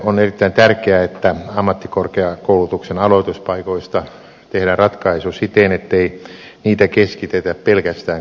on erittäin tärkeää että ammattikorkeakoulutuksen aloituspaikoista tehdään ratkaisu siten ettei niitä keskitetä pelkästään kasvukeskuksiin